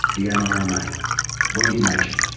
the and nrma wendy machin.